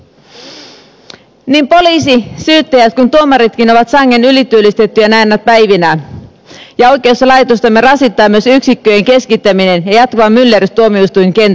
niin poliisi syyttäjät kuin tuomaritkin ovat sangen ylityöllistettyjä näinä päivinä ja oikeuslaitostamme rasittaa myös yksikköjen keskittäminen ja jatkuva myllerrys tuomioistuinkentällä